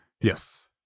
Yes